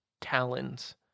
talons